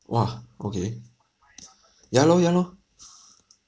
!wah! okay ya lor ya lor